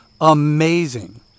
amazing